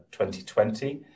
2020